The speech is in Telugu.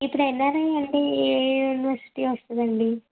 ఇప్పుడు ఎన్ఆర్ఐ అంటే ఏ యూనివర్సిటీ వస్తుందండి